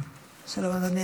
והמשימות